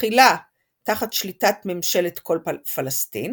תחילה תחת שליטת ממשלת כל פלסטין